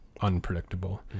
unpredictable